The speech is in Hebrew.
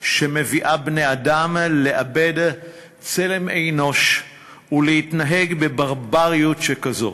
שמביאה בני-אדם לאבד צלם אנוש ולהתנהג בברבריות שכזו,